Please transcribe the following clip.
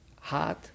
hot